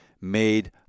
made